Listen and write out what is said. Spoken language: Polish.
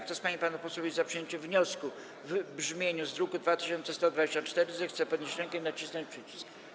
Kto z pań i panów posłów jest za przyjęciem wniosku w brzmieniu z druku nr 2124, zechce podnieść rękę i nacisnąć przycisk.